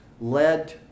led